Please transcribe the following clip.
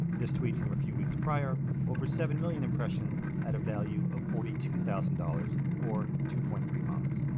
this tweet from a few weeks prior, over seven million impressions at a value of forty two thousand dollars, or two point three moms.